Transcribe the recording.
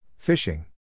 Fishing